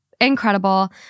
incredible